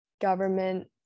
government